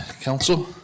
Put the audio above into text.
Council